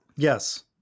Yes